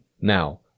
Now